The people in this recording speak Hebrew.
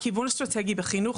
כיוון אסטרטגי בחינוך,